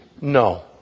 No